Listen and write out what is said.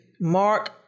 Mark